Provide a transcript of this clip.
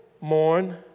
morn